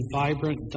vibrant